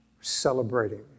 celebrating